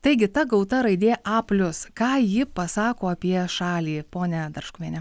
taigi ta gauta raidė a plius ką ji pasako apie šalį ponia darškuviene